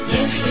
Yes